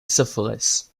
syphilis